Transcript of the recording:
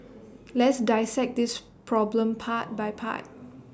let's dissect this problem part by part